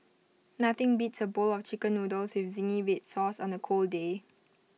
nothing beats A bowl of Chicken Noodles with Zingy Red Sauce on A cold day